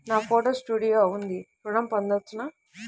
నాకు photo studio ఉంది ఋణం పొంద వచ్చునా?